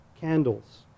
candles